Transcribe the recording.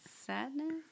Sadness